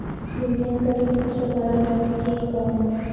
दुनिया के तीन सबसे बड़ा बैंक चीन क हौ